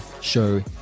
show